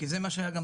כי זה מה שהיה בחוק.